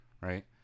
right